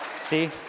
See